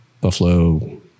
Buffalo